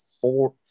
four